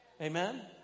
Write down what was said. Amen